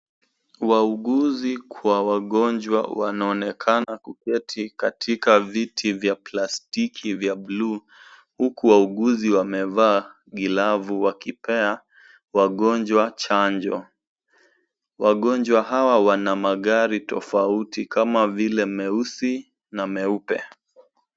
Wauguzi kwa wagonjwa wanaonekana kuketi katika viti vya plastiki vya buluu huku wauguzi wamevaa glovu wakipea wagonjwa chanjo. Wagonjwa hawa wana magari tofauti kama vile meusi na meupe.